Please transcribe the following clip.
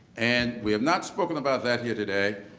and we have not spoken about that here today,